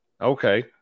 Okay